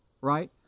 right